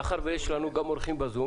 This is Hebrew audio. מאחר שיש לנו גם אורחים ב"זום",